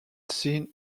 seen